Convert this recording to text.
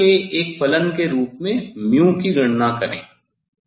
delta के एक फलन के रूप में की गणना करें